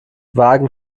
wagen